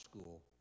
school